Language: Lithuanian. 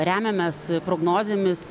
remiamės prognozėmis